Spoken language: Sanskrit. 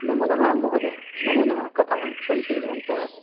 नमो नमः महोदय नमो नमः कथं सन्ति भवन्तः